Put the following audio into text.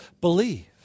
believe